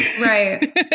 Right